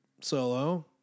Solo